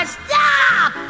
stop